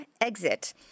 Exit